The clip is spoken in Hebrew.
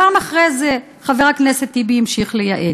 גם אחרי זה חבר הכנסת טיבי המשיך לייעץ.